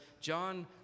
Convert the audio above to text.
John